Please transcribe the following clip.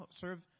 serve